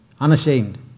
unashamed